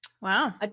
Wow